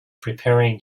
preparing